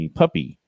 puppy